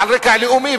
על רקע לאומי,